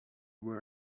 were